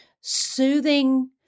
soothing